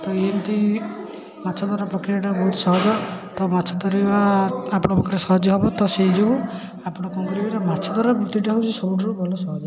ତ ଏମିତି ମାଛ ଧରା ପକ୍ରିୟାଟା ବହୁତ ସହଜ ତ ମାଛ ଧରିବା ଆପଣଙ୍କ ପକ୍ଷରେ ସହଜ ହେବ ତ ସେଇ ଯୋଗୁଁ ଆପଣ କ'ଣ କରିବେ ନା ମାଛଧରା ବୃତ୍ତିଟା ହେଉଛି ସବୁଠାରୁ ଭଲ ସହଜ